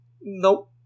Nope